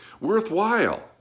worthwhile